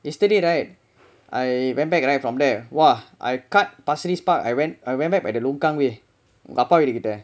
yesterday right I went back right from there !wah! I cut pasir ris park I ran I ran back by the long gang way உங்க அப்பா வீட்டுகிட்ட:ungga appa veetukitta